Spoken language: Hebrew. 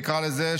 נקרא לזה,